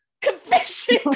confession